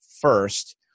first